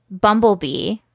Bumblebee